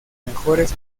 mejores